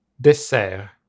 DESSERT